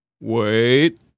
Wait